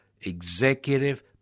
executive